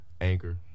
Anchor